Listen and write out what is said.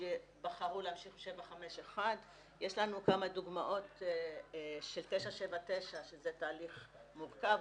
שבחרו להמשיך 751. יש לנו כמה דוגמאות של 979 שזה תהליך מורכב.